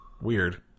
weird